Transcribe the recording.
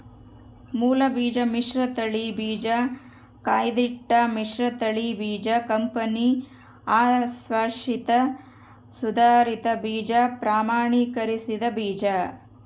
ಮೂಲಬೀಜ ಮಿಶ್ರತಳಿ ಬೀಜ ಕಾಯ್ದಿಟ್ಟ ಮಿಶ್ರತಳಿ ಬೀಜ ಕಂಪನಿ ಅಶ್ವಾಸಿತ ಸುಧಾರಿತ ಬೀಜ ಪ್ರಮಾಣೀಕರಿಸಿದ ಬೀಜ